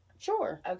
Sure